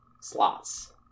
slots